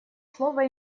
слово